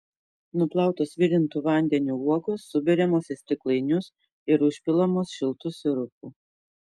nuplautos virintu vandeniu uogos suberiamos į stiklainius ir užpilamos šiltu sirupu